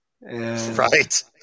Right